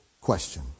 question